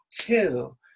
two